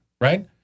Right